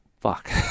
fuck